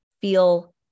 feel